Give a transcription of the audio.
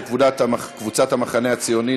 של קבוצת סיעת המחנה הציוני.